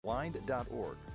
blind.org